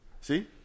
see